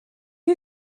you